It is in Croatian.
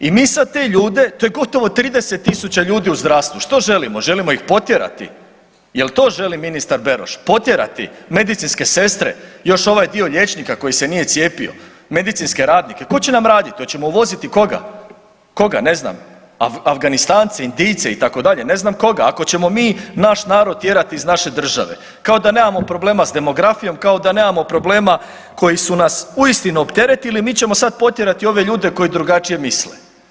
I mi sad te ljude to je gotovo 30.000 ljudi u zdravstvu, što želimo, želimo ih potjerati, jel to želi ministar Beroš, potjerati medicinske sestre i još ovaj dio liječnika koji se nije cijepio, medicinske radnike, tko će nam raditi, hoćemo uvoziti, koga, koga ne znam, Afganistance, Indijce itd., ne znam koga, ako ćemo mi naš narod tjerati iz naše države, kao da nemamo problema s demografijom kao da nemamo problema koji su nas uistinu opteretili mi ćemo sad potjerati ove ljudi drugačije misle.